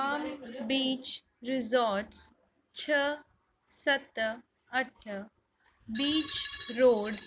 palm beach resorts छह सत अठ बीच रोड